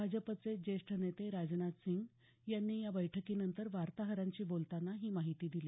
भाजपचे जेष्ठ नेते राजनाथ सिंग यांनी या बैठकीनंतर वार्ताहरांशी बोलताना ही माहिती दिली